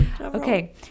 Okay